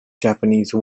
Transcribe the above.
japanese